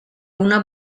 una